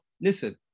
listen